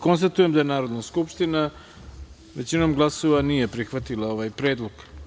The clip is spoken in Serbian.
Konstatujem da Narodna skupština većinom glasova nije prihvatila ovaj predlog.